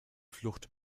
flucht